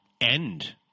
end